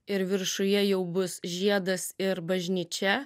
ir viršuje jau bus žiedas ir bažnyčia